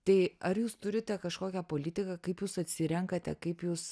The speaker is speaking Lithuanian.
tai ar jūs turite kažkokią politiką kaip jūs atsirenkate kaip jūs